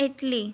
Italy